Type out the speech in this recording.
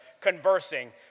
conversing